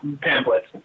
pamphlets